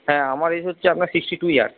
হ্যাঁ আমার এজ হচ্ছে আপনার সিক্সটি টু ইয়ারস